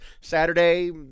Saturday